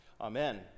Amen